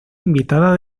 invitada